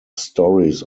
stories